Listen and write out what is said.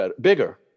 bigger